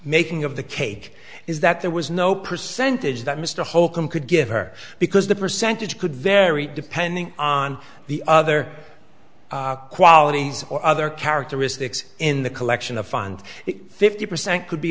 making of the cake is that there was no percentage that mr holcombe give her because the percentage could vary depending on the other qualities or other characteristics in the collection of find it fifty percent could be